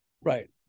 Right